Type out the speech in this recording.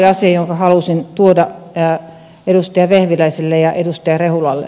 nämä asiat halusin tuoda edustaja vehviläiselle ja edustaja rehulalle